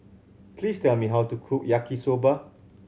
please tell me how to cook Yaki Soba